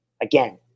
Again